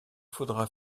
faudra